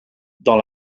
dans